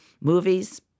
movies